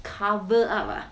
cover up ah